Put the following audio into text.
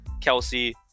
Kelsey